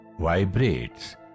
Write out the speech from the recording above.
vibrates